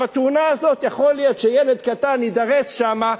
יכול להיות שבתאונה הזאת ילד קטן יידרס שם,